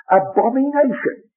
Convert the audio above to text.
abomination